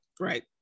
Right